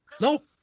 Nope